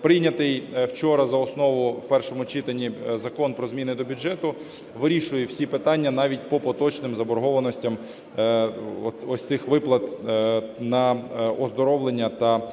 Прийнятий вчора за основу в першому читанні Закон про зміни до бюджету вирішує всі питання навіть по поточним заборгованостям ось цих виплат на оздоровлення та…